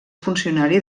funcionari